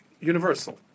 universal